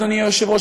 אדוני היושב-ראש,